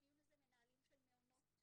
מנהלים של מעונות.